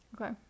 Okay